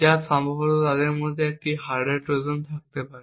যা সম্ভবত তাদের মধ্যে একটি হার্ডওয়্যার ট্রোজান থাকতে পারে